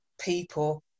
people